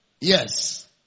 Yes